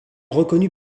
reconnu